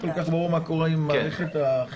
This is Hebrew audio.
לא כל כך מה קורה עם מערכת החינוך.